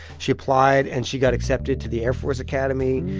she applied, and she got accepted to the air force academy.